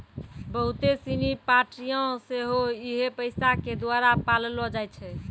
बहुते सिनी पार्टियां सेहो इहे पैसा के द्वारा पाललो जाय छै